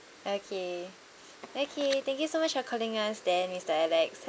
okay okay thank you so much for calling us then mister alex